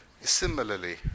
Similarly